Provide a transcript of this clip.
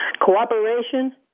cooperation